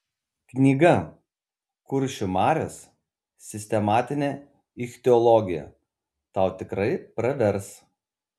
knyga kuršių marios sistematinė ichtiologija tau tikrai pravers